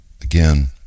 again